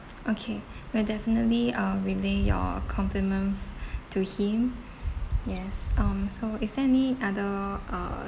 okay we'll definitely uh relay your compliment to him yes um so is there any other uh